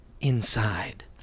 inside